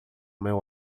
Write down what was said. meu